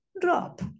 drop